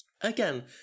again